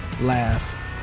laugh